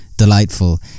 delightful